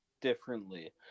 differently